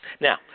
Now